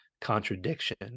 contradiction